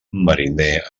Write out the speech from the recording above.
mariner